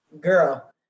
girl